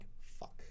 fuck